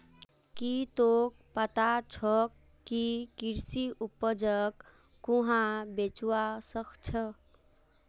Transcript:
की तोक पता छोक के कृषि उपजक कुहाँ बेचवा स ख छ